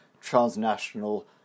transnational